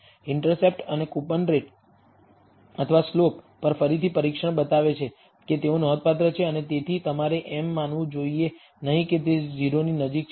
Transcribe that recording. intercept અને coupon rate અથવા slope પર ફરીથી પરીક્ષણ બતાવે છે કે તેઓ નોંધપાત્ર છે અને તેથી તમારે એમ માનવું જોઈએ નહીં કે તેઓ 0 ની નજીક છે